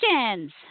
questions